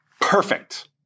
perfect